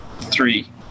three